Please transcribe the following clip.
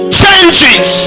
changes